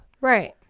Right